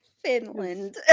Finland